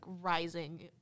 rising